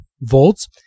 volts